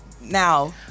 Now